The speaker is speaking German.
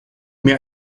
mir